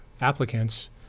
applicants